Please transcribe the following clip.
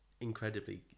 incredibly